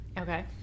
Okay